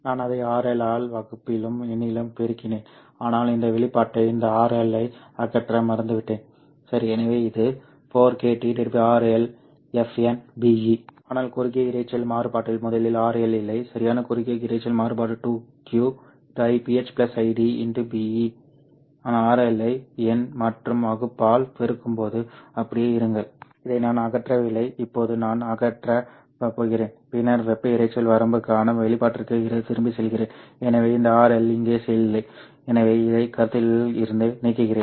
நான் அதை RL ஆல் வகுப்பிலும் எண்ணிலும் பெருக்கினேன் ஆனால் இந்த வெளிப்பாட்டை இந்த RL ஐ அகற்ற மறந்துவிட்டேன் சரி எனவே இது 4kT RLFnBe ஆனால் குறுகிய இரைச்சல் மாறுபாட்டில் முதலில் RL இல்லை சரியான குறுகிய இரைச்சல் மாறுபாடு 2qIphIdBeநான் RL ஐ எண் மற்றும் வகுப்பால் பெருக்கும்போது அப்படியே இருங்கள் இதை நான் அகற்றவில்லை இப்போது நான் அதை அகற்றப் போகிறேன் பின்னர் வெப்ப இரைச்சல் வரம்புக்கான வெளிப்பாட்டிற்குத் திரும்பிச் செல்கிறேன் எனவே இந்த RL இங்கே இல்லை எனவே இதை கருத்தில் இருந்து நீக்குகிறேன்